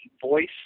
voice